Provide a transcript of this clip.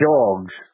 Dogs